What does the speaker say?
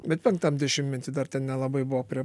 bet penktam dešimtmety dar ten nelabai buvo prie